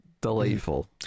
delightful